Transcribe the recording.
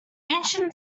ancient